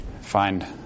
find